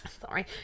Sorry